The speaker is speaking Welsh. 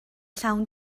llawn